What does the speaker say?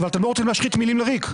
אבל אתם לא רוצים להשחית מילים לריק.